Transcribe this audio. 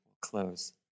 close